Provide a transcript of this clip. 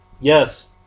Yes